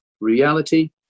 reality